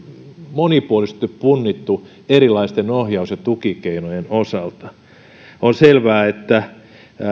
monipuolisesti punnittu erilaisten ohjaus ja tukikeinojen osalta on selvää että